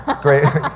great